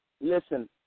Listen